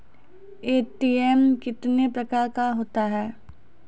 ATM कितने प्रकार का होता हैं?